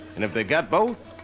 and if they got both,